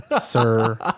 sir